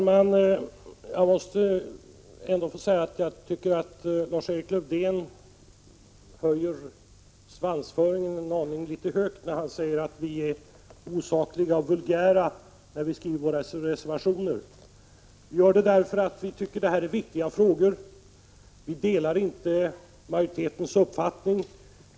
Herr talman! Jag tycker att Lars-Erik Lövdén höjer svansföringen en aning för mycket när han säger att vi är osakliga och vulgära när vi skriver våra reservationer. Vi avger reservationer därför att vi tycker att detta är viktiga frågor. Vi delar inte majoritetens uppfattning.